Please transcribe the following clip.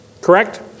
Correct